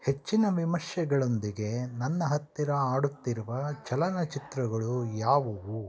ಹೆಚ್ಚಿನ ವಿಮರ್ಶೆಗಳೊಂದಿಗೆ ನನ್ನ ಹತ್ತಿರ ಆಡುತ್ತಿರುವ ಚಲನಚಿತ್ರಗಳು ಯಾವುವು